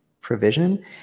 provision